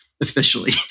officially